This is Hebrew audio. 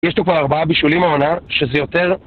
יש לו כבר ארבעה בישולים העונה שזה יותר